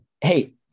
hey